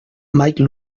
mike